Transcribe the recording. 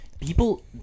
People